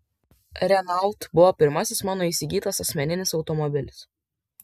renault buvo pirmasis mano įsigytas asmeninis automobilis